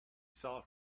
saw